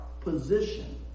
position